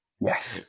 Yes